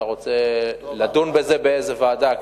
לדון בזה באיזו ועדה,